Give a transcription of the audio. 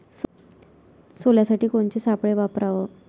सोल्यासाठी कोनचे सापळे वापराव?